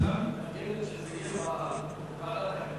הממשלה מתנגדת שזה יהיה בוועדת החינוך?